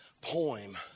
poem